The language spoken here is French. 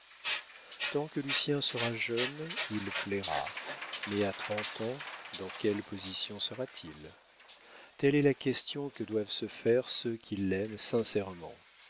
tant que lucien sera jeune il plaira mais à trente ans dans quelle position sera-t-il telle est la question que doivent se faire ceux qui l'aiment sincèrement